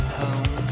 home